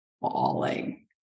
falling